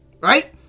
right